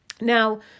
Now